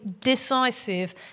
decisive